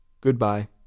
Goodbye